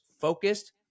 focused